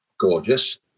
gorgeous